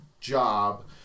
job